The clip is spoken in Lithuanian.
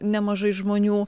nemažai žmonių